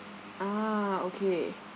ah okay